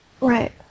Right